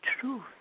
truth